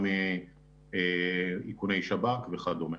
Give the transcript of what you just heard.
גם איכוני שב"כ וכדומה.